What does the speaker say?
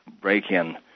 break-in